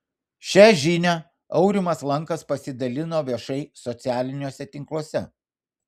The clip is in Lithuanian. šią žinią aurimas lankas pasidalino viešai socialiniuose tinkluose